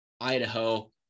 Idaho